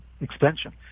extension